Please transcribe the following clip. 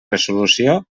resolució